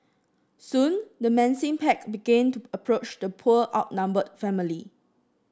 soon the menacing pack began to approach the poor outnumbered family